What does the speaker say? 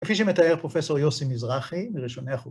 כפי שמתאר פרופ' יוסי מזרחי, מראשוני החוקרים.